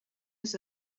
aux